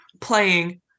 playing